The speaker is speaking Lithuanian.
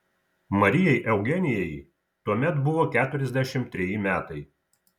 marijai eugenijai tuomet buvo keturiasdešimt treji metai